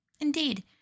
Indeed